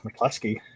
McCluskey